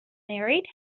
married